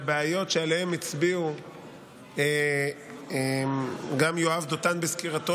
והבעיות שעליהן הצביעו גם יואב דותן בסקירתו